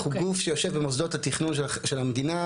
אנחנו גוף שיושב במוסדות התכנון של המדינה,